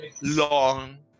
long